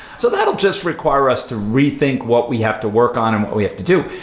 so that'll just require us to rethink what we have to work on and what we have to do.